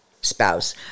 spouse